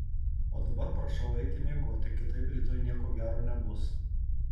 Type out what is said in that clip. o dabar prašau eiti miegoti kitaip rytoj nieko gero nebus